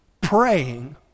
praying